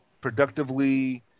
productively